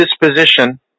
disposition